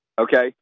Okay